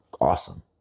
awesome